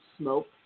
smoke